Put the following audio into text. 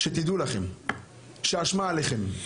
שתדעו לכם שהאשמה עליכם.